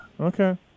Okay